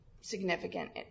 significant